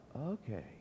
okay